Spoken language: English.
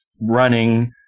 running